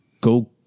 go